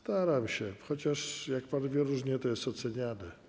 Staram się, chociaż jak pan wie, różnie to jest oceniane.